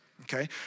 okay